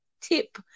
tip